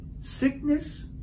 sickness